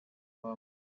iwabo